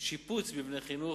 שיפוץ מבני חינוך,